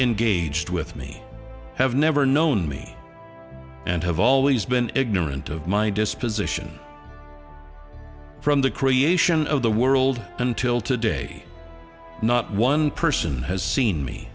engaged with me have never known me and have always been ignorant of my disposition from the creation of the world until today not one person has seen me